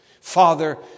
Father